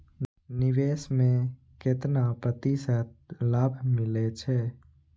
निवेश में केतना प्रतिशत लाभ मिले छै?